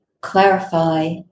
clarify